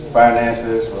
finances